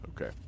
Okay